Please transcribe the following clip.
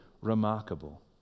remarkable